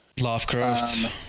Lovecraft